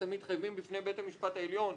אתם מתחייבים בפני בית המשפט העליון,